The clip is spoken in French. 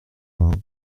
vingt